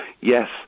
yes